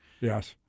Yes